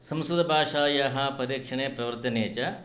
संस्कृतभाषायाः परिक्षणे प्रवर्धने च